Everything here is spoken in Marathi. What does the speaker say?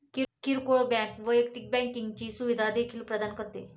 किरकोळ बँक वैयक्तिक बँकिंगची सुविधा देखील प्रदान करते